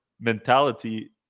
mentality